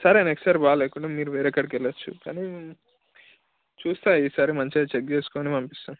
సరే నెక్స్ట్ సారి బాగాలేకుంటే మీరు వేరే కాడికి వెళ్ళచ్చు కానీ చూస్తా ఈ సారి మంచిగా చెక్ చేసుకుని పంపిస్తా